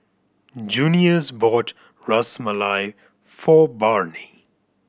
Junious bought Ras Malai for Barnie